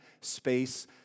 space